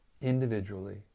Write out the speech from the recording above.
individually